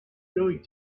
going